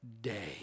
day